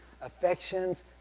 affections